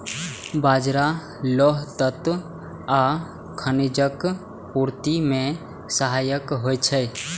बाजरा लौह तत्व आ खनिजक पूर्ति मे सहायक होइ छै